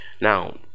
now